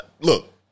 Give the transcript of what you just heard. look